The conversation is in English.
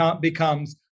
becomes